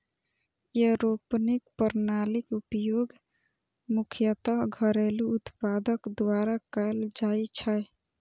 aeroponic प्रणालीक उपयोग मुख्यतः घरेलू उत्पादक द्वारा कैल जाइ छै